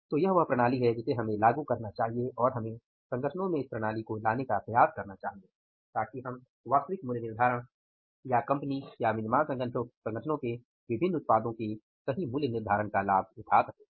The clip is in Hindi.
तो यह वह प्रणाली है जिसे हमें लागू करना चाहिए और हमें संगठनों में इस प्रणाली को लाने का प्रयास करना चाहिए ताकि हम वास्तविक मूल्य निर्धारण या कंपनी या विनिर्माण संगठनों के विभिन्न उत्पादों के सही मूल्य निर्धारण का लाभ उठा सकें